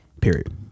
Period